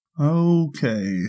Okay